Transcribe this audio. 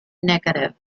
negative